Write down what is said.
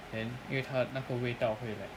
then 因为他那个味道会 like